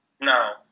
No